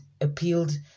appealed